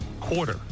Quarter